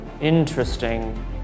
Interesting